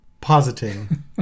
positing